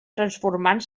transformant